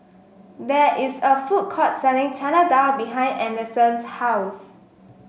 there is a food court selling Chana Dal behind Anderson's house